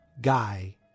guy